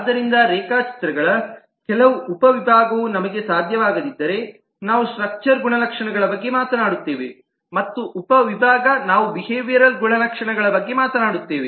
ಆದ್ದರಿಂದ ರೇಖಾಚಿತ್ರಗಳ ಕೆಲವು ಉಪವಿಭಾಗವು ನಮಗೆ ಸಾಧ್ಯವಾಗದಿದ್ದರೆ ನಾವು ಸ್ಟ್ರಕ್ಚರ್ ಗುಣಲಕ್ಷಣಗಳ ಬಗ್ಗೆ ಮಾತನಾಡುತ್ತೇವೆ ಮತ್ತು ಉಪವಿಭಾಗ ನಾವು ಬಿಹೇವಿಯರಲ್ ಗುಣಲಕ್ಷಣಗಳ ಬಗ್ಗೆ ಮಾತನಾಡುತ್ತೇವೆ